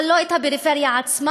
אבל לא את הפריפריה עצמה,